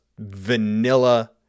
vanilla